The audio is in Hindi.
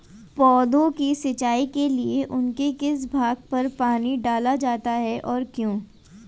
पौधों की सिंचाई के लिए उनके किस भाग पर पानी डाला जाता है और क्यों?